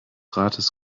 rates